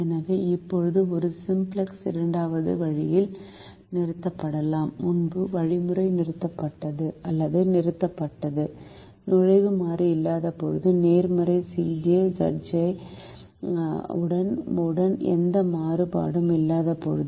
எனவே இப்போது ஒரு சிம்ப்ளக்ஸ் இரண்டாவது வழியில் நிறுத்தப்படலாம் முன்பு வழிமுறை நிறுத்தப்பட்டது அல்லது நிறுத்தப்பட்டது நுழைவு மாறி இல்லாதபோது நேர்மறை Cj Zj உடன் எந்த மாறுபாடும் இல்லாதபோது